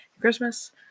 Christmas